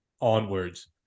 onwards